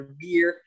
beer